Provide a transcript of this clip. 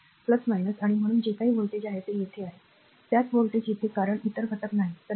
तर आणि म्हणून जे काही व्होल्टेज आहे ते येथे आहे त्याच व्होल्टेज येथे आहे कारण इतर घटक नाहीत